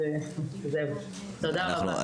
תודה רבה.